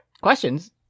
Questions